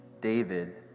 David